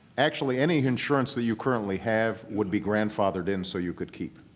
actually, any insurance that you currently have would be grandfathered in so you could keep.